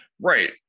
Right